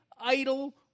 idle